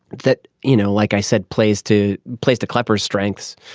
that you know like i said plays to place the clippers strengths.